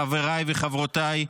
חבריי וחברותיי,